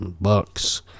Bucks